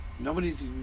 Nobody's